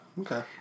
okay